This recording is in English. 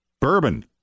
Bourbon